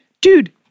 Dude